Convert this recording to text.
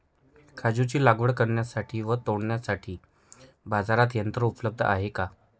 काजूची लागवड करण्यासाठी व तोडण्यासाठी बाजारात यंत्र उपलब्ध आहे का?